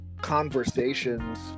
conversations